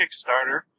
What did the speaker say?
Kickstarter